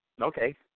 okay